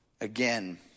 again